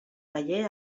veié